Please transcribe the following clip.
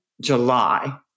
July